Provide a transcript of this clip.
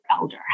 elder